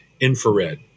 infrared